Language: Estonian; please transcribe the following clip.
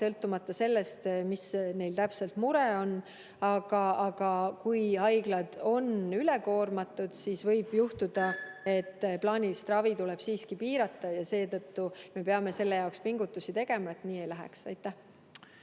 sõltumata sellest, mis neil täpselt mure on. Aga kui haiglad on ülekoormatud, siis võib juhtuda, et plaanilist ravi tuleb siiski piirata, ja me peame selle jaoks pingutusi tegema, et nii ei läheks.